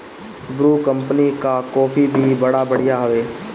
Bru company कअ coffee भी बड़ा बढ़िया हवे